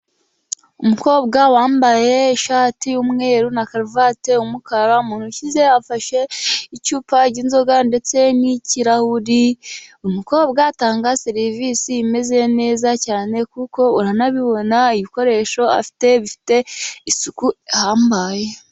Umukobwa wambaye ishati y'umweru na karuvati y'umukara, mu ntoki ze afashe icupa ry'inzoga ndetse n'ikirahuri, umukobwa atanga serivisi imeze neza cyane, kuko uranabibona ibikoresho afite bifite isuku ihambaye.